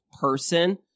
person